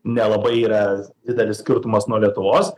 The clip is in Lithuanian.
nelabai yra didelis skirtumas nuo lietuvos